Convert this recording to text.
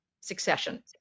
succession